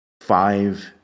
five